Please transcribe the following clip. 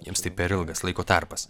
jiems tai per ilgas laiko tarpas